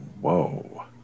Whoa